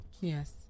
Yes